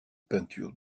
peintures